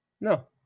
no